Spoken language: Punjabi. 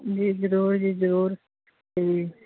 ਜੀ ਜ਼ਰੂਰ ਜੀ ਜ਼ਰੂਰ ਹਮ